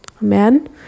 man